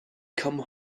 come